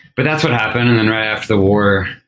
but that's what happened, and then right after the war,